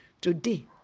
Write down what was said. Today